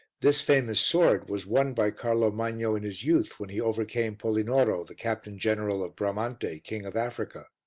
this famous sword was won by carlo magno in his youth when he overcame polinoro, the captain-general of bramante, king of africa.